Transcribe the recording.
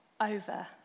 over